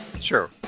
Sure